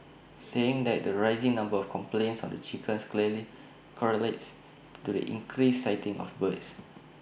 saying that the rising number of complaints on the chickens clearly correlates to the increased sighting of birds